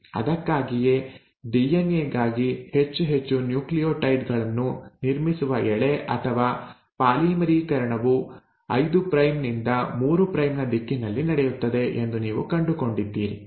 ಅದಕ್ಕಾಗಿಯೇ ಡಿಎನ್ಎ ಗಾಗಿ ಹೆಚ್ಚು ಹೆಚ್ಚು ನ್ಯೂಕ್ಲಿಯೋಟೈಡ್ ಗಳನ್ನು ನಿರ್ಮಿಸುವ ಎಳೆ ಅಥವಾ ಪಾಲಿಮರೀಕರಣವು 5 ಪ್ರೈಮ್ ನಿಂದ 3 ಪ್ರೈಮ್ ನ ದಿಕ್ಕಿನಲ್ಲಿ ನಡೆಯುತ್ತದೆ ಎಂದು ನೀವು ಕಂಡುಕೊಂಡಿದ್ದೀರಿ